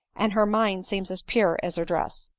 and her mind seems as pure as her dress.